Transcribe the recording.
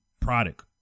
product